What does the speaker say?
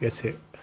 गोसो